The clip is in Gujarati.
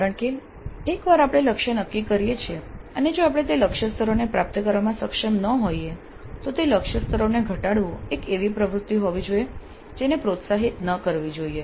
કારણ કે એકવાર આપણે લક્ષ્ય નક્કી કરીએ છીએ અને જો આપણે તે લક્ષ્ય સ્તરોને પ્રાપ્ત કરવામાં સક્ષમ ન હોઈએ તો તે લક્ષ્ય સ્તરોને ઘટાડવું એ એક એવી પ્રવૃત્તિ હોવી જોઈએ જેને પ્રોત્સાહિત ન કરવી જોઈએ